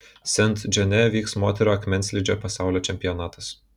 sent džone vyks moterų akmenslydžio pasaulio čempionatas